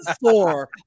four